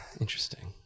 Interesting